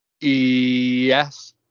yes